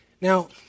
Now